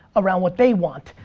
around what they want.